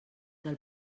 del